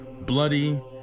bloody